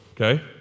okay